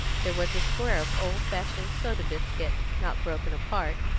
there was a square of old-fashioned soda biscuit, not broken apart,